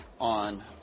on